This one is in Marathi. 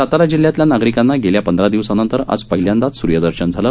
सातारा जिल्ह्यातल्या नागरिकांना गेल्या पंधरा दिवसानंतर आज पहिल्यांदा सूर्य दर्शन झालं